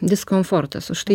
diskomfortas už tai